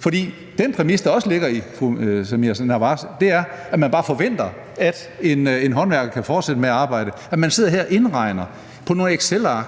fru Samira Nawas spørgsmål, er, at man bare forventer, at en håndværker kan fortsætte med at arbejde, altså, at man sidder her og regner på nogle excelark: